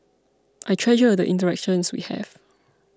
I treasure the interactions we have